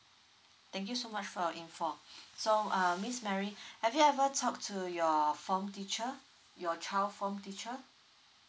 thank you so much for your info uh miss mary have you ever talk to your form teacher your child form teacher